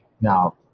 Now